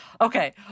Okay